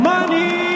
Money